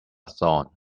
thorn